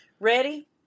Ready